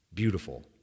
Beautiful